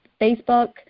Facebook